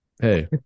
hey